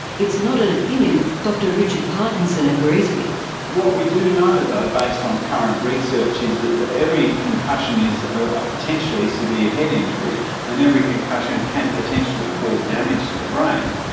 it's not an opinion dr richard parkinson agrees with. what we do know though, based on current research, is that every concussion is a potentially severe head injury and every concussion can potentially cause damage to the brain.